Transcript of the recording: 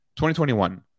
2021